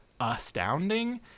astounding